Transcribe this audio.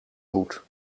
hoed